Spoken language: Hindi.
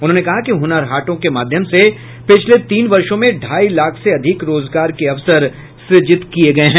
उन्होंने कहा कि हुनर हाटों के माध्यम से पिछले तीन वर्षों में ढाई लाख से अधिक रोजगार के अवसर सूजित किये गये हैं